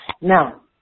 Now